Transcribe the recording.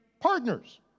partners